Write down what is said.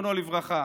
זיכרונו לברכה.